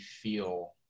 feel